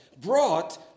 brought